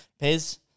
Pez